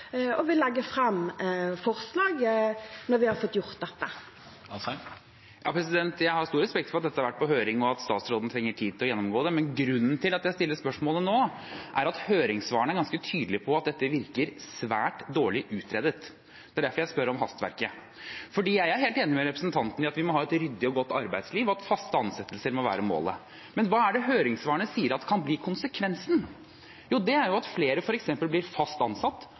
og vi vil legge fram forslag når vi har fått gjort dette. Jeg har stor respekt for at dette har vært på høring, og at statsråden trenger tid til å gjennomgå det, men grunnen til at jeg stiller spørsmålet nå, er at høringssvarene er ganske tydelige på at dette virker svært dårlig utredet. Det er derfor jeg spør om hastverket. Jeg er helt enig med statsråden i at vi må ha et ryddig og godt arbeidsliv, og at faste ansettelser må være målet, men hva er det høringssvarene sier at kan bli konsekvensen? Jo, det er f.eks. at flere blir fast ansatt